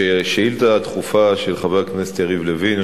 השאילתא הדחופה של חבר הכנסת יריב לוין,